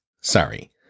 Sorry